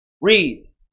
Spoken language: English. Read